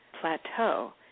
plateau